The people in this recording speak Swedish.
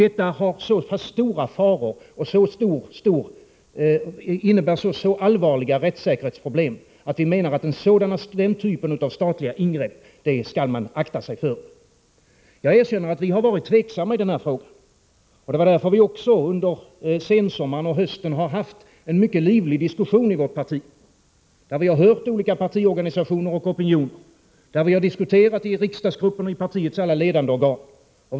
Detta medför så stora faror och innebär så allvarliga rättssäkerhetsproblem, att vi menar att man skall akta sig för denna typ av statliga ingrepp. Jag erkänner att vi har varit tveksamma i den frågan. Det är också därför vi under sensommaren och hösten haft en mycket livlig diskussion inom vårt parti. Vi har hört olika partiinstanser och opinioner samt diskuterat i riksdagsgruppen och i partiets alla ledande organ.